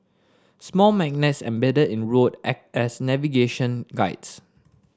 small magnets embedded in road act as navigation guides